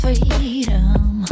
Freedom